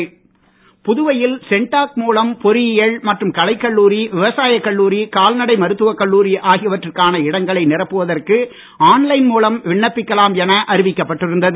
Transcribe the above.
CENTAC பொறியியல் CENTAC புதுவையில் மூலம் மற்றும் கலைக்கல்லூரிவிவசாயக் கல்லூரி கால்நடை மருத்துவக் கல்லூரி ஆகியவற்றுக்கான இடங்களை நிரப்புவதற்கு ஆன் லைன் மூலம் விண்ணப்பிக்கலாம் என அறிவிக்கப்பட்டிருந்தது